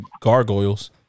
Gargoyles